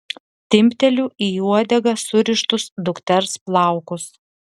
timpteliu į uodegą surištus dukters plaukus